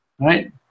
right